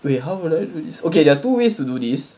wait how would I do this okay there are two ways to do this